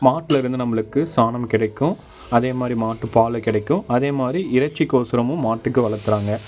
மாட்லருந்து நம்மளுக்கு சாணம் கிடைக்கும் அதே மாதிரி மாட்டுப் பால் கிடைக்கும் அதே மாதிரி இறைச்சிக்கோசரமும் மாட்டுக்கு வளர்த்துறாங்க